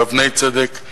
אבני צדק,